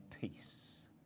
peace